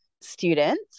students